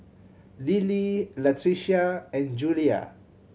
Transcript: Lily Latricia and Julia